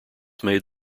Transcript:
made